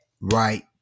right